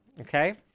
okay